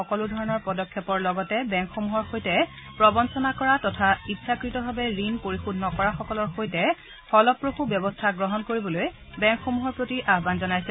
সকলো ধৰণৰ পদক্ষেপৰ লগতে বেংকসমূহৰ সৈতে প্ৰবঞ্চনা কৰা তথা ইচ্ছাকৃতভাৱে ঋণ পৰিশোধ নকৰাসকলৰ সৈতে ফলপ্ৰসূ ব্যৱস্থা গ্ৰহণ কৰিবলৈ বেংকসমূহৰ প্ৰতি আহ্বান জনাইছে